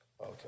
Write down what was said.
okay